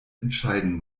entscheiden